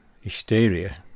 hysteria